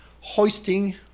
hoisting